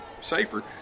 safer